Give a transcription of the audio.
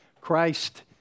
Christ